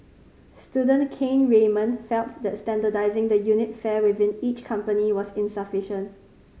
student Kane Raymond felt that standardising the unit fare within each company was insufficient